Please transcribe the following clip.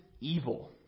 evil